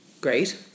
Great